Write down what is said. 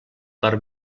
per